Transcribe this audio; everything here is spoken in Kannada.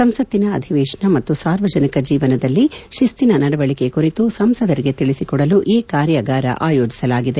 ಸಂಸತ್ತಿನ ಅಧಿವೇಶನ ಮತ್ತು ಸಾರ್ವಜನಿಕ ಜೀವನದಲ್ಲಿ ಶಿಸ್ತಿನ ನಡವಳಿಕೆ ಕುರಿತು ಸಂಸದರಿಗೆ ತಿಳಿಸಿಕೊಡಲು ಈ ಕಾರ್ಯಾಗಾರ ಆಯೋಜಿಸಲಾಗಿದೆ